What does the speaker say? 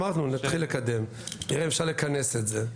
אמרנו, נתחיל לקדם, נראה אם אפשר לכנס את זה.